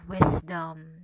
wisdom